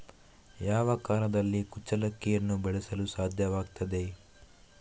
ಯಾವ ಕಾಲದಲ್ಲಿ ಕುಚ್ಚಲಕ್ಕಿಯನ್ನು ಬೆಳೆಸಲು ಸಾಧ್ಯವಾಗ್ತದೆ?